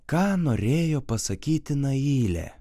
ką norėjo pasakyti nailė